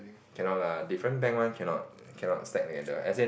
cannot lah different bank one cannot cannot stack together as in